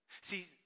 See